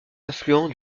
affluent